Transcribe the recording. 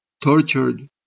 tortured